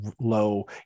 low